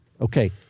Okay